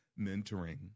mentoring